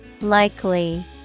Likely